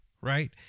right